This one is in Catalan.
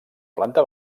planta